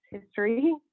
history